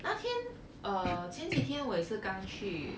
那天 uh 前几天我也是刚去